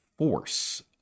force